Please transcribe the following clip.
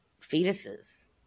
fetuses